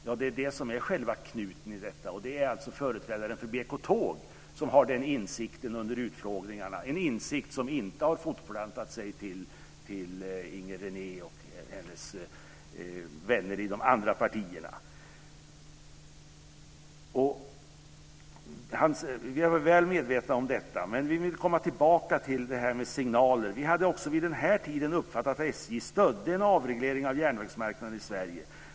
Ja, det är det som är själva knuten i detta, och den insikten har företrädaren för BK Tåg under utfrågningarna, en insikt som inte har fortplantat sig till Företrädaren för BK Tåg säger: "Vi var helt medvetna om det. Men nu vill jag komma tillbaka till det här med signaler. Vi hade också vid den tiden uppfattat att SJ stödde en avreglering av järnvägsmarknaden i Sverige.